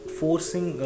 forcing